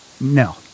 No